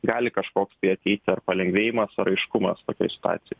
gali kažkoks tai ateiti ar palengvėjimas ar aiškumas tokioj situacijoj